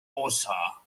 osa